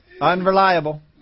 Unreliable